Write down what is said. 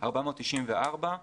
494,